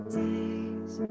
days